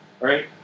Right